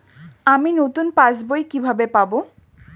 আমি নতুন passbook কিভাবে পাব?